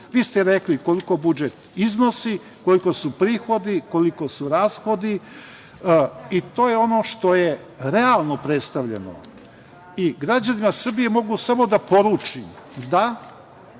Vi ste rekli koliko budžet iznosi, koliko su prihodi, koliko su rashodi i to je ono što je realno predstavljeno. Građanima Srbije mogu samo da poručim da